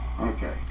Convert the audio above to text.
Okay